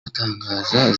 batangaza